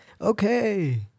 okay